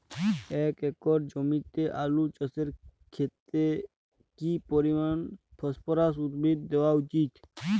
এক একর জমিতে আলু চাষের ক্ষেত্রে কি পরিমাণ ফসফরাস উদ্ভিদ দেওয়া উচিৎ?